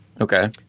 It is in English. Okay